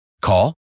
Call